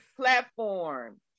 platform